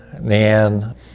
Nan